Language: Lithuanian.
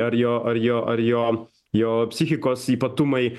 ar jo ar jo ar jo jo psichikos ypatumai